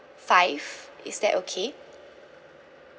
five is that okay